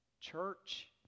Church